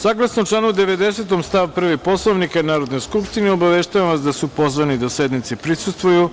Saglasno članu 90. stav 1. Poslovnika Narodne skupštine, obaveštavam vas da su pozvani da sednici prisustvuju: